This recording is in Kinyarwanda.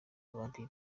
abandi